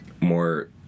more